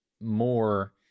more